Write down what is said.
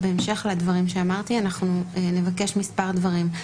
בהמשך לדברים שאמרתי, נבקש מספר דברים.